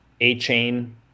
A-Chain